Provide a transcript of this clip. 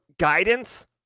Guidance